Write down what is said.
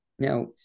Now